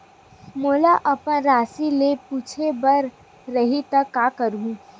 मोला अपन राशि ल पूछे बर रही त का करहूं?